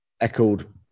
echoed